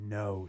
no